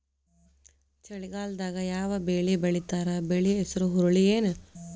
ಚಳಿಗಾಲದಾಗ್ ಯಾವ್ ಬೆಳಿ ಬೆಳಿತಾರ, ಬೆಳಿ ಹೆಸರು ಹುರುಳಿ ಏನ್?